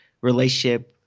relationship